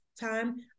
time